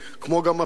כמו גם הפתרונות,